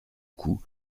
cou